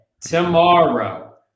tomorrow